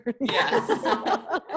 Yes